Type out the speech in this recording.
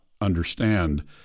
understand